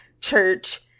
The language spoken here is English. church